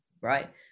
right